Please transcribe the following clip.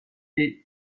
est